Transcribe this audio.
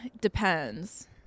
Depends